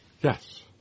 Yes